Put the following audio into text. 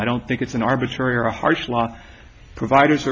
line don't think it's an arbitrary or a harsh law providers